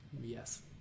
Yes